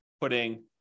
Putting